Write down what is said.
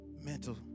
Mental